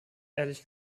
ehrlich